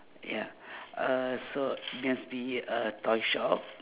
ya uhh so must be a toy shop